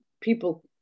people